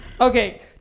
Okay